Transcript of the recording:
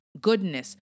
goodness